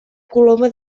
coloma